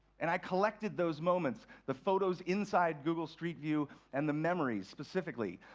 and i collected those moments the photos inside google streetview and the memories, specifically.